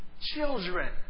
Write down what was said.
children